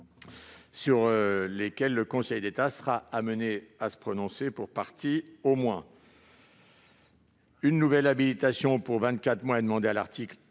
sur lesquelles le Conseil d'État sera amené à se prononcer, pour partie du moins. Une nouvelle habilitation pour vingt-quatre mois est demandée à l'article